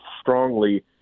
strongly